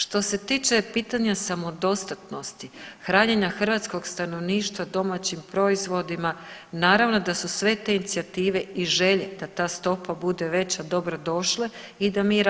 Što se tiče pitanja samodostatnosti hranjenja hrvatskog stanovništva domaćim proizvodima naravno da su sve te inicijative i želje da ta stopa bude veća dobro došle i da mi radimo na njima.